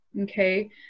Okay